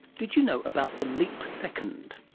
did you know about the leap second?